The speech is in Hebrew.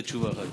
זו תשובה אחת.